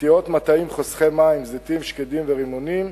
נטיעות מטעים חוסכי מים, זיתים, שקדים ורימונים,